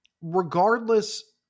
regardless